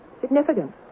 Significant